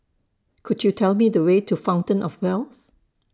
Could YOU Tell Me The Way to Fountain of Wealth